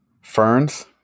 ferns